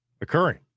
occurring